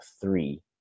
three